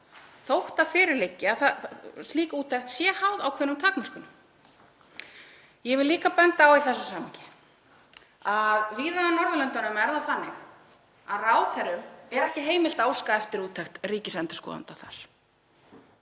þótt fyrir liggi að slík úttekt sé háð ákveðnum takmörkunum. Ég vil líka benda á í þessu samhengi að víða á Norðurlöndunum er það þannig að ráðherrum er ekki heimilt að óska eftir úttekt ríkisendurskoðanda.